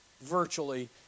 virtually